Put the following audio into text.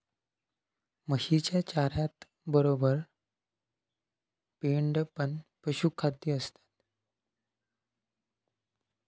म्हशीच्या चाऱ्यातबरोबर पेंड पण पशुखाद्य असता